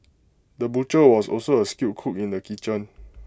the butcher was also A skilled cook in the kitchen